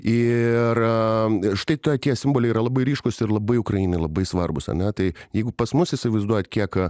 ir štai tokie simboliai yra labai ryškūs ir labai ukrainai labai svarbūs ane tai jeigu pas mus įsivaizduojat kiek